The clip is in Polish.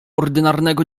ordynarnego